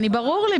ברור לי.